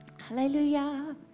Hallelujah